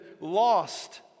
lost